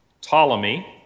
Ptolemy